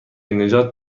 نجات